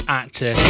actor